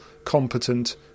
competent